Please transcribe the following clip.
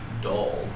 dull